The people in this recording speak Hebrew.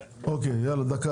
דקה.